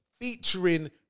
featuring